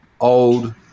old